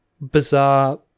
bizarre